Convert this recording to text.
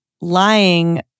lying